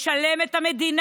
התשפ"ב 2022, הצעת חוק המידע